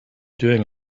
doing